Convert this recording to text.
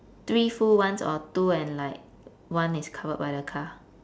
three full ones or two and like one is covered by the car